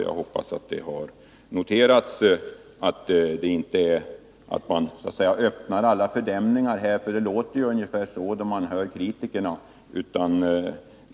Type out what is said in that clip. Jag hoppas att det har noterats att vi inte så att säga öppnar alla fördämningar här — det låter ungefär så när man hör kritikerna.